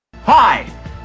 Hi